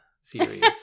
series